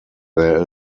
there